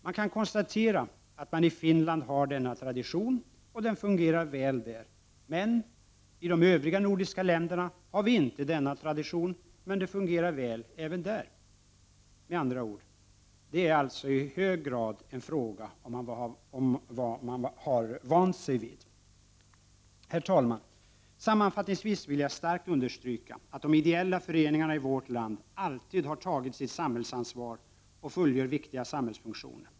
Jag konstaterar att man i Finland har denna tradition och att den fungerar väl där, men i de övriga nordiska länderna har vi inte denna tradition, och ändå fungerar det väl även där. Med andra ord är det alltså i hög grad en fråga om vad man har vant sig vid. Herr talman! Sammanfattningsvis vill jag starkt understryka att de ideella föreningarna i vårt land alltid har tagit sitt samhällsansvar och fullgör viktiga samhällsfunktioner.